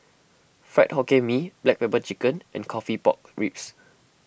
Fried Hokkien Mee Black Pepper Chicken and Coffee Pork Ribs